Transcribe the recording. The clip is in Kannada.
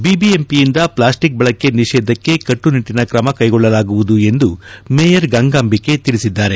ಬಿಬಿಎಂಪಿಯಿಂದ ಪ್ಲಾಸ್ಟಿಕ್ ಬಳಕೆ ನಿಷೇಧಕ್ಕೆ ಕಟ್ಟುನಿಟ್ಟಿನ ತ್ರಮ ಕೈಗೊಳ್ಳಲಾಗುವುದು ಎಂದು ಮೇಯರ್ ಗಂಗಾಬಿಕೆ ತಿಳಿಸಿದ್ದಾರೆ